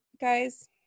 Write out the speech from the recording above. guys